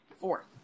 Four